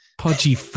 Pudgy